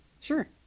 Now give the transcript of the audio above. sure